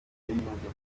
yaririmbye